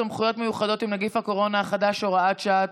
תקנות סמכויות מיוחדות להתמודדות עם נגיף הקורונה החדש (הוראת שעה)